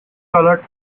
color